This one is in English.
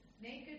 Naked